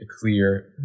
clear